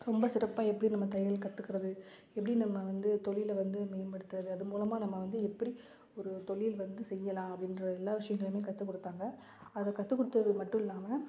ரொம்ப சிறப்பாக எப்படி நம்ம தையல் கற்றுக்கறது எப்படி நம்ம வந்து தொழில வந்து மேம்படுத்துறது அது மூலமாக நம்ம வந்து எப்படி ஒரு தொழில் வந்து செய்யலாம் அப்படின்ற எல்லா விஷயங்களையுமே கற்றுக் கொடுத்தாங்க அதை கற்றுக் கொடுத்தது மட்டும் இல்லாமல்